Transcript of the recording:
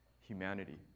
humanity